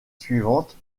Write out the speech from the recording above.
suivantes